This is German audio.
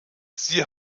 sie